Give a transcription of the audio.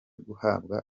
guhabwa